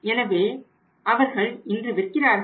எனவே அவர்கள் இன்று விற்கிறார்கள்